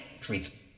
treats